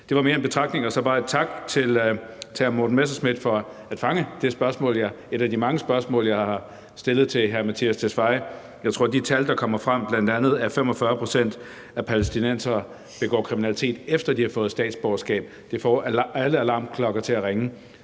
Det var mere en betragtning. Så vil jeg bare sige tak til hr. Morten Messerschmidt for at fange et af de mange spørgsmål, jeg har stillet til udlændinge- og integrationsministeren. Jeg tror, at de tal, der kommer frem, bl.a. at 45 pct. af palæstinenserne begår kriminalitet, efter at de har fået statsborgerskab, får alle alarmklokker til at ringe.